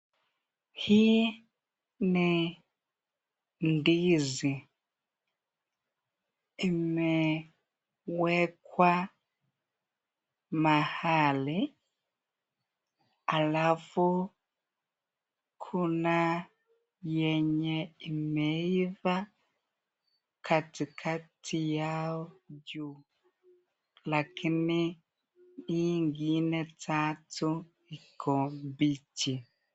Hii ni ndizi, imewekwa mahali ,alafu Kuna yenye imeiva katikati yao juu. Lakini hii ingine, tatu Iko mbichi.